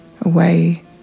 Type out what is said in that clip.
away